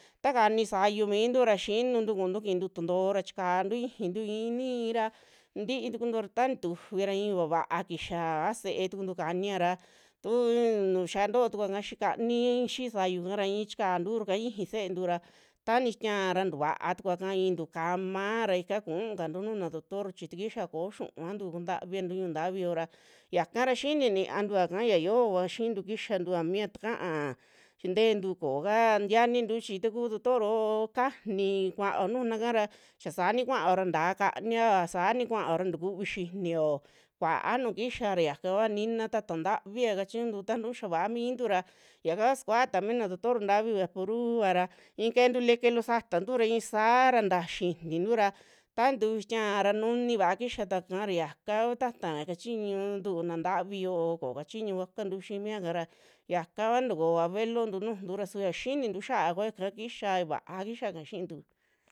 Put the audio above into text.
Ta kani sayu mintura xinuntu kuuntu kintu tuntoora chikantu ixintu i'i ni'i ra ntii tukuntu ra ta nitufi ra i'i vaa va kiyaa a se'e tukuntu kania ra, tuu nu xiaa nto'o tukuaka xii kani xi'i sayuka ra i'i chikanturu ika iji se'entu ra tani xitia ra tavaa tukuaka i'i tukamaa ra ika ku'ukantu nuju na doctro chi takixa ko'o xiuuvantu kuntaviantu ñu'u ntavi yoo ra, yaka ra xini ni'iantuaka ya yoa xintu kixantuva mia takaa chi teentu kooka ntianintu ta kuu doctor oo ka'ani kuao nujuna kaa ra xaa sa'ani kuaao ra ntaa kanivao, a xia saani kuaao ra tukuvi xi'inio kuaa nuu kixa ra xiaka kua nina taata ntavia kachiñuntu tanuu xia va'amintu ra yaka kua suvaa taa mina doctor ntavi vaporu vara i'i keentu lekee loo satantu ra i'isaa ra ntaa xinintu ra taa nitufi xitiaa ra nuni va'a kixatuaka ra yaka kuu taata kachiñu tu'u naa ntavi yo'o, koo kachiñu vakantu xii miaka ra yaka kua takoo abuelontu nujuntu ra, su yaa xinintu xiaa kuaa yaka kixa, va'a kixaka xi'intu.